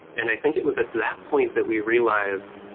and i think it was at that point that we realized,